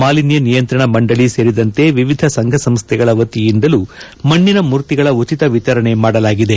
ಮಾಲಿನ್ನ ನಿಯಂತ್ರಣ ಮಂಡಳ ಸೇರಿದಂತೆ ವಿವಿಧ ಸಂಘಸಂಸ್ಥೆಗಳ ವತಿಯಿಂದಲೂ ಮಣ್ಣಿನ ಮೂರ್ತಿಗಳ ಉಚಿತ ವಿತರಣೆ ಮಾಡಲಾಗಿದೆ